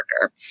worker